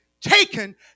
taken